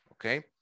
okay